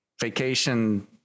vacation